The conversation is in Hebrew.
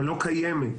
הלא קיימת,